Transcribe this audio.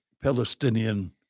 Palestinian